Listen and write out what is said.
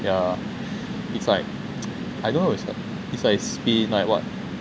ya it's like I dont know it's like been like [what]